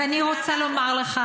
ואני רוצה לומר לך,